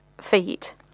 feet